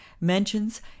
mentions